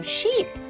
Sheep